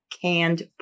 canned